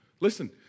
Listen